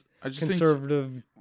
conservative